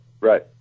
Right